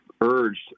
urged